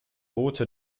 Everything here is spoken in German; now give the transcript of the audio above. boote